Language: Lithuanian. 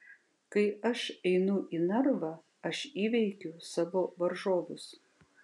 kai aš einu į narvą aš įveikiu savo varžovus